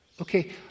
Okay